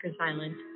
Island